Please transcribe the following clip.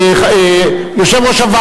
עכשיו גם נעלמה כבר